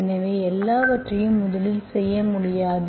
எனவே எல்லாவற்றையும் முதலில் செய்ய முடியாது